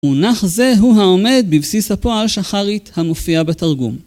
מונח זה הוא העומד בבסיס הפועל שחרית המופיע בתרגום.